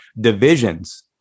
divisions